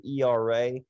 ERA